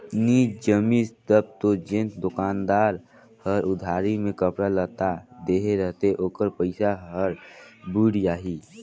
नी जमिस तब दो जेन दोकानदार हर उधारी में कपड़ा लत्ता देहे रहथे ओकर पइसा हर बुइड़ जाही